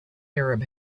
arab